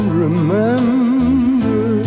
remember